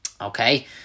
Okay